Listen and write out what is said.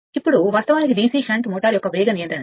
ఇప్పుడు వాస్తవానికి DC shunt motor యొక్క వేగ నియంత్రణ